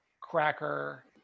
Cracker